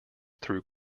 through